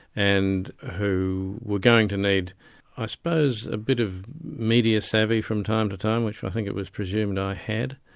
and who were going to need i suppose a bit of media savvy from time to time which i think it was presumed i had.